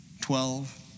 twelve